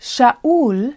Shaul